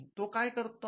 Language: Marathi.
तो काय करत आहे